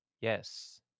Yes